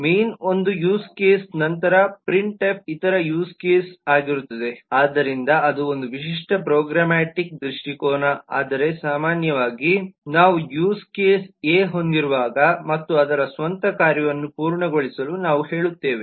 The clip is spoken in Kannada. ಮೈನ್ ಒಂದು ಯೂಸ್ ಕೇಸ್ ನಂತರ ಪ್ರಿಂಟ್ಎಫ್ ಇತರ ಯೂಸ್ ಕೇಸ್ ಆಗಿರುತ್ತದೆ ಆದ್ದರಿಂದ ಅದು ಒಂದು ವಿಶಿಷ್ಟ ಪ್ರೋಗ್ರಾಮ್ಯಾಟಿಕ್ ದೃಷ್ಟಿಕೋನ ಆದರೆ ಸಾಮಾನ್ಯವಾಗಿ ನಾವು ಯೂಸ್ ಕೇಸ್ ಎ ಹೊಂದಿರುವಾಗ ಮತ್ತು ಅದರ ಸ್ವಂತ ಕಾರ್ಯವನ್ನು ಪೂರ್ಣಗೊಳಿಸಲು ನಾವು ಹೇಳುತ್ತೇವೆ